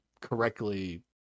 correctly